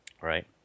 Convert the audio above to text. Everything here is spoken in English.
Right